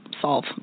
solve